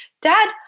Dad